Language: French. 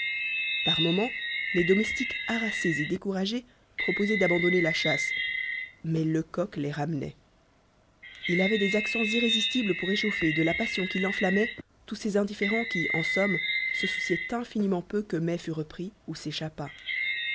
par moments les domestiques harassés et découragés proposaient d'abandonner la chasse mais lecoq les ramenait il avait des accents irrésistibles pour échauffer de la passion qui l'enflammait tous ces indifférents qui en somme se souciaient infiniment peu que mai fût repris ou